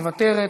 אינו נוכח,